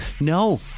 No